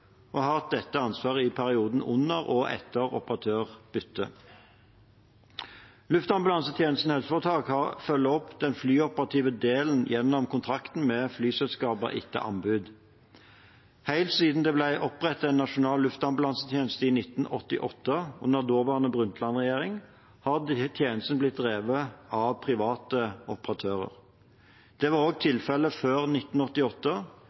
og har hatt dette ansvaret i perioden under og etter operatørbyttet. Luftambulansetjenesten HF følger opp den flyoperative delen gjennom kontrakter med flyselskaper etter anbud. Helt siden det ble opprettet en nasjonal luftambulansetjeneste i 1988, under daværende Harlem Brundtland-regjering, har tjenesten blitt drevet av private operatører. Det var tilfellet også før 1988,